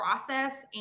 process